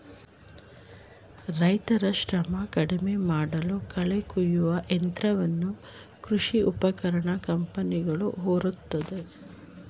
ರೈತರ ಶ್ರಮ ಕಡಿಮೆಮಾಡಲು ಕಳೆ ಕುಯ್ಯುವ ಯಂತ್ರವನ್ನು ಕೃಷಿ ಉಪಕರಣ ಕಂಪನಿಗಳು ಹೊರತಂದಿದೆ